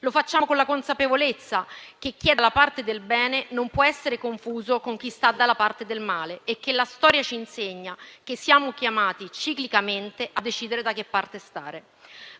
Lo facciamo con la consapevolezza che chi è dalla parte del bene non può essere confuso con chi sta dalla parte del male e che la storia ci insegna che siamo chiamati ciclicamente a decidere da che parte stare.